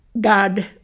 God